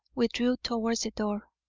withdrew towards the door.